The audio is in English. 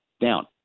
down